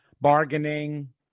bargaining